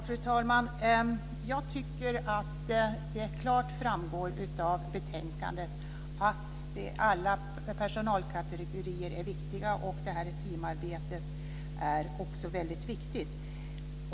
Fru talman! Jag tycker att det klart framgår av betänkandet att alla personalkategorier är viktiga och att teamarbetet också är mycket viktigt.